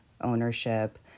ownership